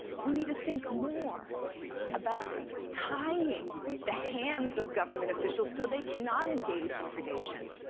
we need to think more about tying the hands of government officials so they cannot engage in predation.